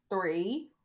Three